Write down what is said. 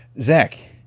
Zach